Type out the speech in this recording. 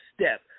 step